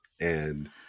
and-